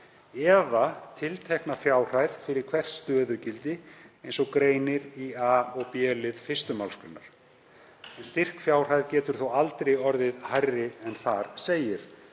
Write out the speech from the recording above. eða tiltekna fjárhæð fyrir hvert stöðugildi eins og greinir í a- og b-lið 1. mgr. Styrkfjárhæð getur þó aldrei orðið hærri en þar segir.“